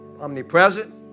omnipresent